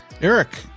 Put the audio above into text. Eric